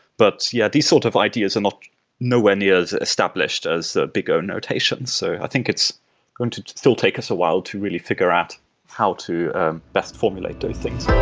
but yeah, these sort of ideas and are nowhere near as established as the big o notation. so i think it's going to still take us a while to really figure out how to best formulate those things.